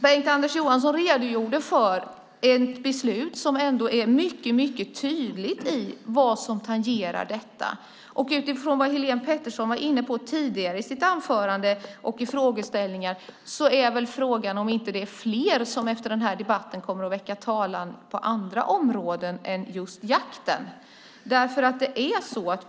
Bengt-Anders Johansson redogjorde för ett beslut som är mycket tydligt i vad som tangerar detta. Utifrån vad Helén Pettersson tidigare var inne på är det väl frågan om det inte är fler som efter den här debatten kommer att väcka talan på andra områden än just det som gäller jakt.